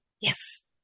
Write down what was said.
Yes